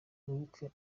mwibuke